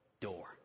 door